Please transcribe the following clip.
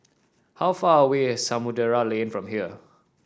how far away is Samudera Lane from here